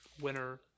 winner